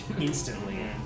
instantly